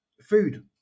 food